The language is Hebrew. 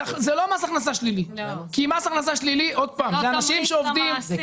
זה לא מס הכנסה שלילי כי מס הכנסה שלילי אלה אנשים שעובדים.